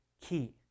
key